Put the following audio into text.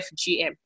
FGM